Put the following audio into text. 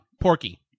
Porky